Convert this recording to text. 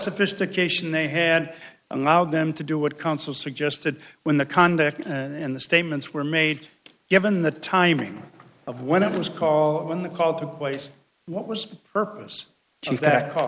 sophistication they had allowed them to do what counsel suggested when the conduct in the statements were made given the timing of when it was call when the call took place what was the